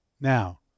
Now